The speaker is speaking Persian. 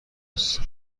است